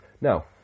Now